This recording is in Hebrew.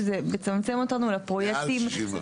שזה מצמצם אותנו לפרויקטים --- מעל 64 צול.